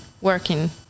working